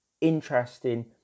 interesting